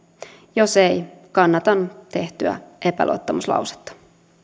jos ei kannatan tehtyä epäluottamuslausetta